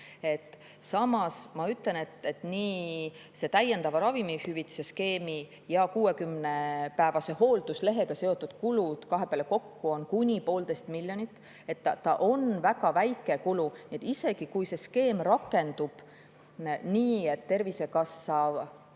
Samas ma ütlen, et nii see täiendava ravimihüvitise skeemi kui 60-päevase hoolduslehega seotud kulud kahe peale kokku on kuni poolteist miljonit. See on väga väike kulu. Isegi kui see skeem rakendub nii, et Tervisekassa